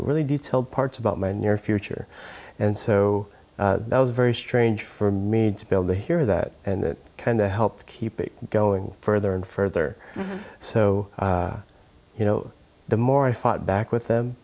really detailed parts about my near future and so that was very strange for me to build to hear that and that kind of helped keep it going further and further so you know the more i fought back with them